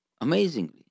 Amazingly